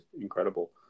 incredible